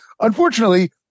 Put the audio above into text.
unfortunately